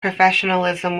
professionalism